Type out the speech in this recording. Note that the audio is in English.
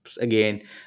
again